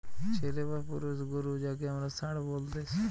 ছেলে বা পুরুষ গরু যাঁকে আমরা ষাঁড় বলতেছি